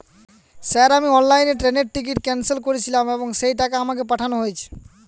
Sir আমি অনলাইনে ট্রেনের টিকিট ক্যানসেল করেছিলাম এবং সেই টাকা আমাকে পাঠানো হয়েছে?